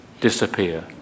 disappear